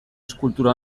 eskultura